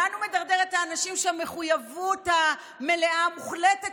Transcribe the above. לאן הוא מדרדר את האנשים שהמחויבות המלאה והמוחלטת